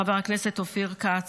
חבר הכנסת אופיר כץ,